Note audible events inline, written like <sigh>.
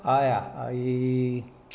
I ah I <noise>